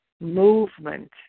movement